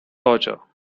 torture